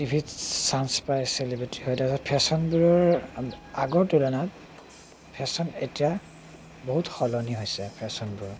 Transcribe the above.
টিভিত চাঞ্চ পায় চেলিব্ৰেটি হৈ তাৰপিছত ফেশ্বনবোৰৰ আগৰ তুলনাত ফেশ্বন এতিয়া বহুত সলনি হৈছে ফেশ্বনবোৰ